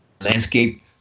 landscape